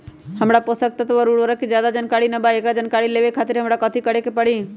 हमरा पोषक तत्व और उर्वरक के ज्यादा जानकारी ना बा एकरा जानकारी लेवे के खातिर हमरा कथी करे के पड़ी?